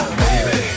Baby